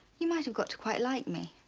you might have got to quite like me.